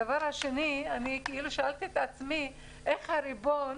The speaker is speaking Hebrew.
דבר שני שאלתי את עצמי איך הריבון,